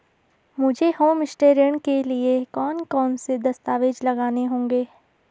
मुझे होमस्टे ऋण के लिए कौन कौनसे दस्तावेज़ लगाने होंगे?